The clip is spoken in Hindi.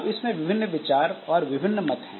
अब इसमें विभिन्न विचार और विभिन्न मत है